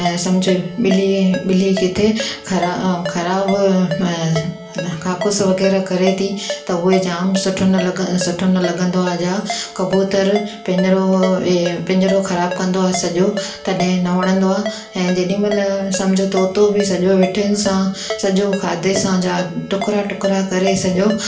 ऐं सम्झ ॿिली ए ॿिली किथे ख़राबु काकुस वग़ैरह करे थी त उहे जाम सुठो न लॻ सुठो न लॻंदो आहे या कबूतरु पिंजरो उहो पिंजरो ख़राबु कंदो आहे सॼो तॾहिं न वणंदो आहे ऐं जेॾीमहिल सम्झ तोतो बि सॼो विठीन सां सॼो खाधे सां या टुकरा टुकरा करे सॼो